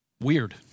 weird